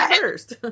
first